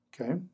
Okay